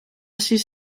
sis